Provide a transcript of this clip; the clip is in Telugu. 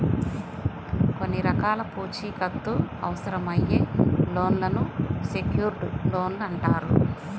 కొన్ని రకాల పూచీకత్తు అవసరమయ్యే లోన్లను సెక్యూర్డ్ లోన్లు అంటారు